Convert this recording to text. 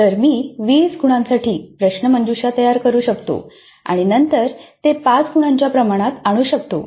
तर मी 20 गुणांसाठी प्रश्नमंजुषा तयार करू शकतो आणि नंतर ते 5 गुणांच्या प्रमाणात आणू शकतो